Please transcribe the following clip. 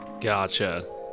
Gotcha